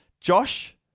Josh